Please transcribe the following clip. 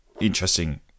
interesting